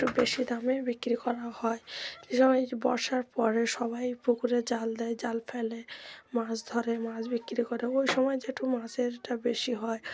একটু বেশি দামে বিক্রি করা হয় যে সময় বর্ষার পরে সবাই পুকুরে জাল দেয় জাল ফেলে মাছ ধরে মাছ বিক্রি করে ওই সময় যে একটু মাছেরটা বেশি হয়